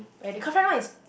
cause friend one is